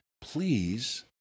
please